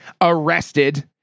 arrested